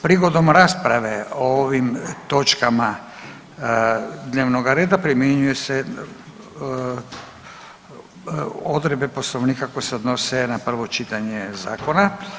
Prigodom rasprave o ovim točkama dnevnoga reda primjenjuje se odredbe Poslovnika koje se odnose na prvo čitanje zakona.